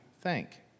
thank